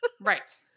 Right